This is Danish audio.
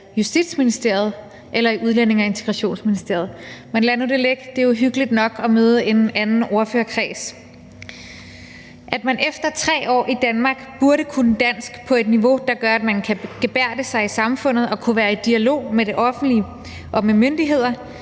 Justitsministeriet eller i Udlændinge- og Integrationsministeriet. Men lad nu det ligge; det er jo hyggeligt nok at møde en anden ordførerkreds. At man efter 3 år i Danmark burde kunne dansk på et niveau, der gør, at man kan gebærde sig i samfundet og være i dialog med det offentlige og myndighederne,